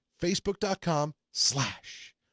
Facebook.com/slash